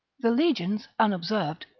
the legions, unobserved,